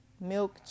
Milk